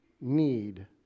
need